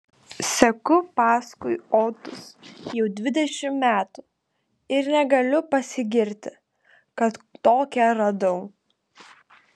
seku paskui otus jau dvidešimt metų ir negaliu pasigirti kad tokią radau